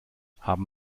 haben